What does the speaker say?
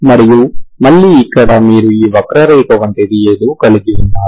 మరియు మళ్ళీ ఇక్కడ మీరు ఈ వక్రరేఖ వంటిది ఏదో కలిగి ఉన్నారు